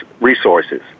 resources